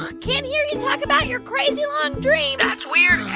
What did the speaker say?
can't hear you talk about your crazy, long dream that's weird.